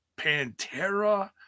Pantera